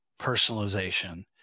personalization